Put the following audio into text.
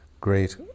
great